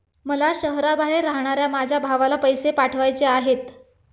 मला शहराबाहेर राहणाऱ्या माझ्या भावाला पैसे पाठवायचे आहेत